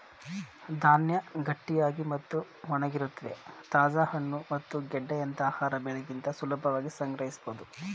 ಧಾನ್ಯ ಗಟ್ಟಿಯಾಗಿ ಮತ್ತು ಒಣಗಿರುತ್ವೆ ತಾಜಾ ಹಣ್ಣು ಮತ್ತು ಗೆಡ್ಡೆಯಂತ ಆಹಾರ ಬೆಳೆಗಿಂತ ಸುಲಭವಾಗಿ ಸಂಗ್ರಹಿಸ್ಬೋದು